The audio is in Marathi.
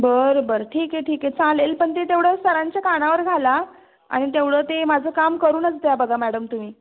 बरं बरं ठीक आहे ठीक आहे चालेल पण ते तेवढं सरांच्या कानावर घाला आणि तेवढं ते माझं काम करूनच द्या बघा मॅडम तुम्ही